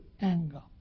anger